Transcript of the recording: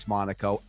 Monaco